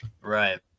Right